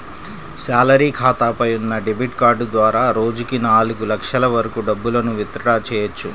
salary ఖాతాపై ఉన్న debit card ద్వారా రోజుకి నాలుగు లక్షల వరకు డబ్బులను విత్ డ్రా చెయ్యవచ్చు